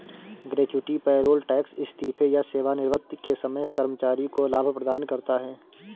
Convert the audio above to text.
gratuity payroll tax इस्तीफे या सेवानिवृत्ति के समय कर्मचारी को लाभ प्रदान करता है